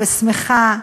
שמחה,